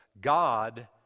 God